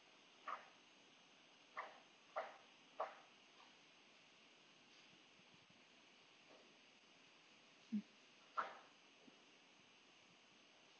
mm